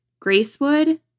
Gracewood